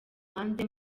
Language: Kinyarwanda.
hanze